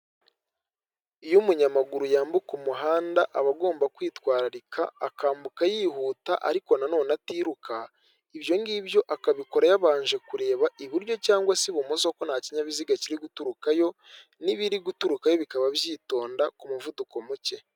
Iyo umunyamaguru yambuka umuhanda aba agomba kwitwararika akambuka yihuta ariko na none atiruka ibyo ngibyo akabikora yabanje kureba iburyo cg se ibumoso ko nta kinyabiziga kiri guturukayo n'ibiri guturukayo bikaba byitonda ku muvuduko muke.